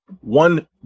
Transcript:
One